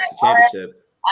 Championship